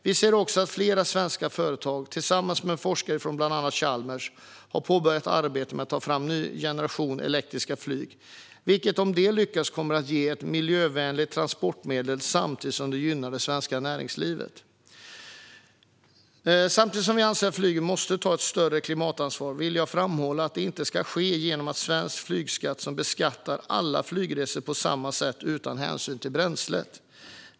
Vi ser också att flera svenska företag tillsammans med forskare från bland annat Chalmers har påbörjat arbetet med att ta fram en ny generation elektriska flyg, vilket om det lyckas kommer att ge ett miljövänligt transportmedel samtidigt som det gynnar det svenska näringslivet. Samtidigt som vi anser att flyget måste ta ett större klimatansvar vill jag framhålla att det inte ska ske genom en svensk flygskatt som innebär en beskattning av alla flygresor på samma sätt, utan hänsyn till bränsle.